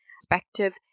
perspective